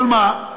אבל מה?